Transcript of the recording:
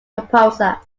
composer